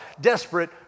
desperate